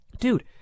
Dude